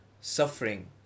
suffering